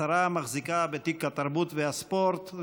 השרה מחזיקה בתיק התרבות והספורט,